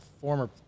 former